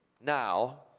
now